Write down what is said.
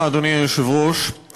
אדוני, אני, תודה.